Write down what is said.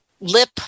lip